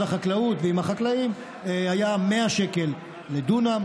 החקלאות ועם החקלאים הייתה 100 שקל לדונם,